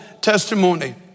testimony